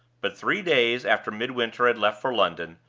but three days after midwinter had left for london,